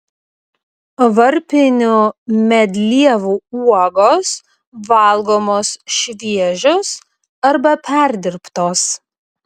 varpinių medlievų uogos valgomos šviežios arba perdirbtos